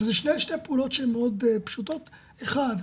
אבל אלה שתי פעולות שונות שהן מאוד פשוטות, אחד,